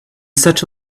such